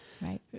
right